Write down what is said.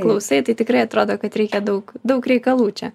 klausai tai tikrai atrodo kad reikia daug daug reikalų čia